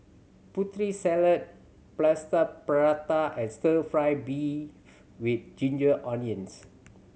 Putri Salad Plaster Prata and Stir Fry beef with ginger onions